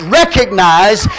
recognize